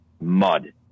mud